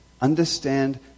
Understand